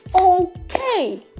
okay